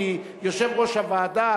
כי יושב-ראש הוועדה,